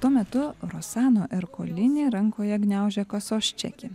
tuo metu rosano erkolini rankoje gniaužia kasos čekį